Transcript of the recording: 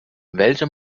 welche